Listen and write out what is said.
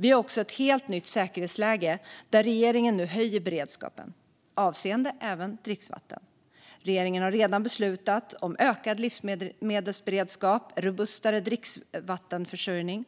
Vi har också ett helt nytt säkerhetsläge, och regeringen höjer därför beredskapen, även avseende dricksvatten. Regeringen har redan beslutat om ökad livsmedelsberedskap och robustare dricksvattenförsörjning.